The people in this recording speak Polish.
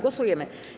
Głosujemy.